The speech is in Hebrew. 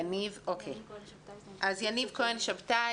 יניב כהן שבתאי,